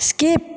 skip